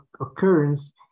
occurrence